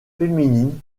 féminine